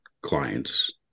clients